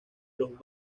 los